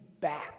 back